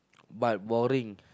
but boring